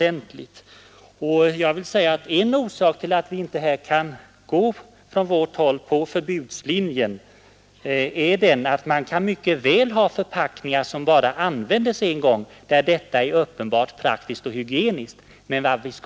En orsak till att vi på vårt håll inte kan välja förbudslinjen är att man mycket väl kan ha förpackningar som bara används en gång där detta är uppenbart praktiskt och hygieniskt, och på den punkten kan jag hålla med herr Blomkvist.